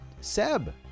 Seb